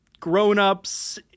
grown-ups